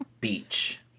Beach